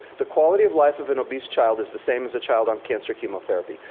the quality of life of an obese child is the same as a child on cancer chemotherapy.